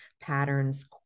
patterns